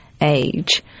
age